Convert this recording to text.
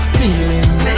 feelings